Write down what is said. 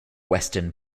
western